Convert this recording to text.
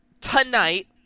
tonight